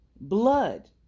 blood